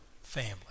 family